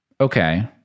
okay